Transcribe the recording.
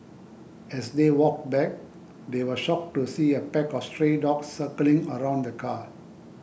as they walked back they were shocked to see a pack of stray dogs circling around the car